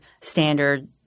standard